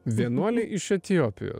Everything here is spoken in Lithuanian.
vienuolė iš etiopijos